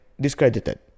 discredited